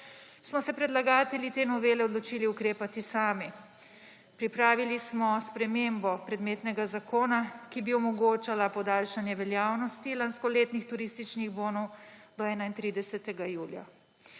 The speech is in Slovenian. smo se predlagatelji te novele odločili ukrepati sami. Pripravili smo spremembo predmetnega zakona, ki bi omogočala podaljšanje veljavnosti lanskoletnih turističnih bonov do 31. julija.